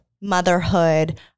motherhood